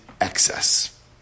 excess